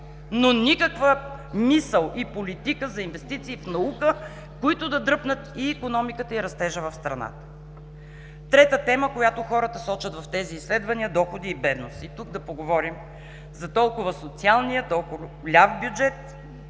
Никаква мисъл и политика за инвестиции в наука, които да дръпнат и икономиката, и растежа в страната. Трета тема, която хората сочат в тези изследвания – доходи и бедност. И тук да поговорим за толкова социалния, толкова голям ляв бюджет.